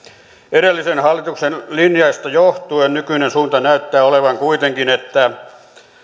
edellisen hallituksen linjasta johtuen nykyinen suunta näyttää olevan kuitenkin että